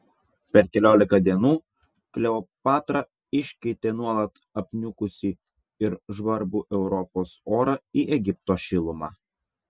per keliolika dienų kleopatra iškeitė nuolat apniukusį ir žvarbų europos orą į egipto šilumą